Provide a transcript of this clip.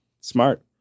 Smart